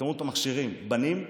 התעמלות המכשירים, בנים,